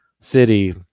City